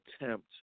attempt